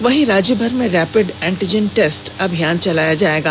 वहीं राज्यभर में रैपिड एंटीजन टेस्ट अभियान चलाया जाएगा